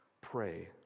Pray